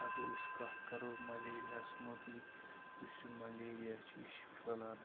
اَگَر أسۍ کَتھ کَرو مَلیریاہَس متعلق یُس یہِ مَلیریا چھِ یہِ چھِ پھٲلان